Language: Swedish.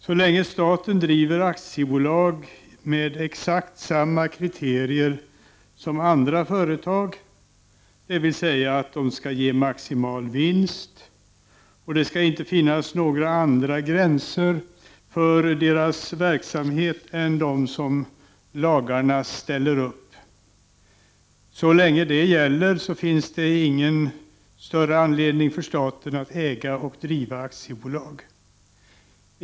Så länge staten driver aktiebolag på exakt samma kriterier som andra företag, dvs. att de skall ge maximal vinst och att det inte skall finnas några andra gränser för deras verksamhet än dem som lagarna ställer upp, finns det ingen större anledning för staten att äga och driva aktiebolag.